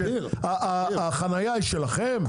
החנייה היא שלכם?